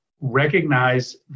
recognize